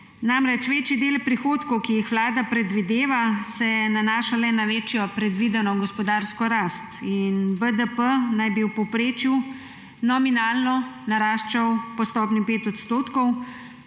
Namreč, večji del prihodkov, ki jih Vlada predvideva, se nanaša le na predvideno večjo gospodarsko rast in BDP naj bi v povprečju nominalno naraščal po stopnji 5 %,